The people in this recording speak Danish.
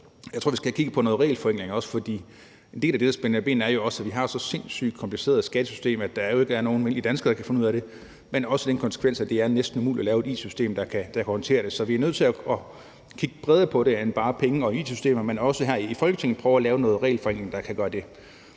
– skal have kigget på noget regelforenkling. For en del af det, der spænder ben, er også, at vi har et så sindssygt kompliceret skattesystem, og at der jo ikke er nogen almindelige danskere, der kan finde ud af det. Men der er også det, at det næsten er umuligt at lave et it-system, der kan håndtere det. Så vi er nødt til at kigge bredere på det end bare i forhold til penge og it-systemer og også her i Folketinget prøve at lave noget regelforenkling, der kan gøre det